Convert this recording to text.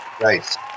Nice